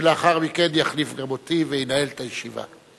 שלאחר מכן גם יחליף אותי וינהל את הישיבה.